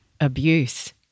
abuse